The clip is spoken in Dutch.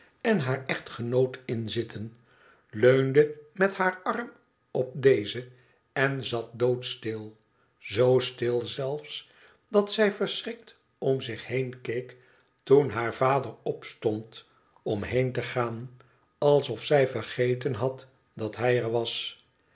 en haar echtgenoot in zitten leunde met haar arm op dezen en zat doodstil zoo stil zelfs dat zij verschrikt om zich heen keek toen haar vader opstond om heen te gaan alsof zij vergeten had dat hij er was